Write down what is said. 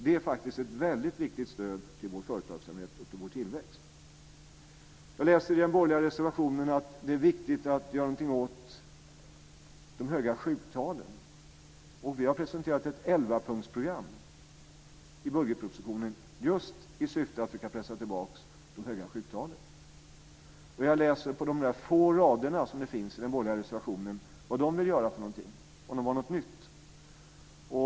Det är faktiskt ett väldigt viktigt stöd till vår företagsamhet och vår tillväxt. Det står i den borgerliga reservationen att det är viktigt att göra någonting åt de höga sjuktalen. Vi har presenterat ett elvapunktsprogram i budgetpropositionen just i syfte att pressa tillbaka de höga sjuktalen. Det står beskrivet på få rader i den borgerliga reservationen vad de borgerliga vill göra, om de föreslår någonting nytt.